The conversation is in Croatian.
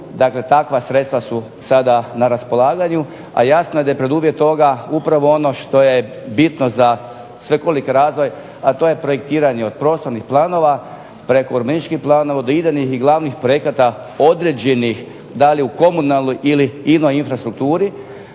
upravo takva sredstva su sada na raspolaganju. A jasno je da je preduvjet toga upravo ono što je bitno za svekoliki razvoj a to je projektiranje od prostornih planova preko urbanističkih planova, idejnih i glavnih projekata, određenih, da li u komunalnoj ili ino infrastrukturi